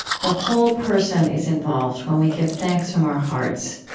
the whole person is involved, when we give thanks from our hearts.